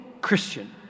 Christian